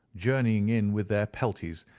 journeying in with their pelties,